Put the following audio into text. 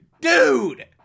dude